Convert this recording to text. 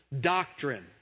doctrine